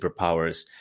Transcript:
superpowers